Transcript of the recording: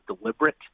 deliberate